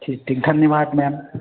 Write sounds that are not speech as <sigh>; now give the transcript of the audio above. जी <unintelligible> ma'am